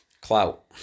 Clout